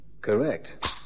Correct